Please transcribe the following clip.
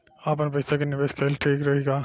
आपनपईसा के निवेस कईल ठीक रही का?